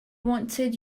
wanted